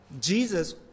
Jesus